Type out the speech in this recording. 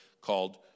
called